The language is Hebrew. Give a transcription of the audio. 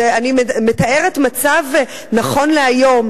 אני מתארת מצב נכון להיום.